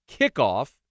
KICKOFF